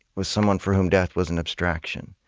was someone for whom death was an abstraction,